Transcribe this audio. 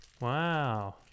wow